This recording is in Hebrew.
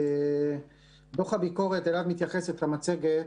דוח הביקורת שאליו מתייחסת המצגת